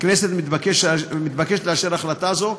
הכנסת מתבקשת לאשר החלטה זו.